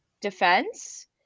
defense